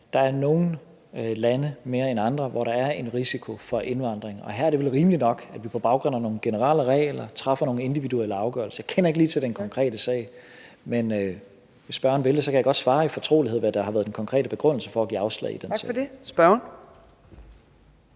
der er nogle lande mere end andre, hvor der er en risiko for indvandring, og her er det vel rimeligt nok, at vi på baggrund af nogle generelle regler træffer nogle individuelle afgørelser. Jeg kender ikke lige til den konkrete sag, men hvis spørgeren ønsker det, kan jeg godt svare i fortrolighed, hvad der har været den konkrete begrundelse for at give afslag i den sag. Kl. 14:33 Fjerde